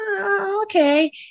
Okay